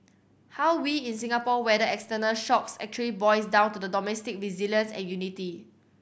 how we in Singapore weather external shocks actually boils down to the domestic resilience and unity